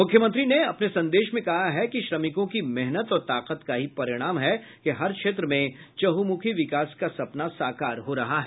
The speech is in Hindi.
मुख्यमंत्री ने अपने संदेश में कहा है कि श्रमिकों की मेहनत और ताकत का ही परिणाम है कि हर क्षेत्र में चहुंमुखी विकास का सपना साकार हो रहा है